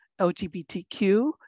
LGBTQ